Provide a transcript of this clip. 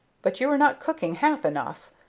but you are not cooking half enough.